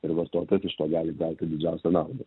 ir vartotojas iš to gali gauti didžiausią naudą